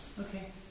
Okay